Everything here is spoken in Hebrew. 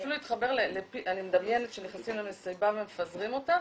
אני מדמיינת שנכנסים למסיבה ומפזרים אותם,